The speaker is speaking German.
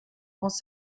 aus